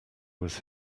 was